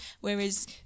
Whereas